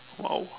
!wow!